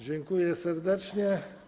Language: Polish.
Dziękuję serdecznie.